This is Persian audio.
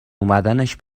اومدنش